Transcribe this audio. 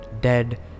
dead